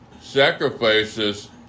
sacrifices